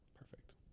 Perfect